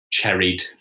cherried